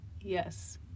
Yes